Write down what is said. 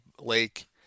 Lake